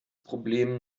problem